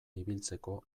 ibiltzeko